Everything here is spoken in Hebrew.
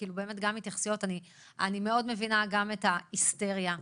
אני מאוד מבינה את ההיסטריה,